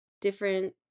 different